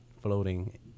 floating